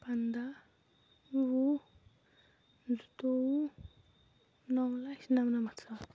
پنداہ وُہ زٕتووُہ نَو لَچھ نَمہٕ نَمَتھ ساس